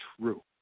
true